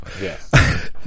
Yes